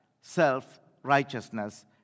self-righteousness